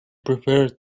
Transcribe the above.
preferred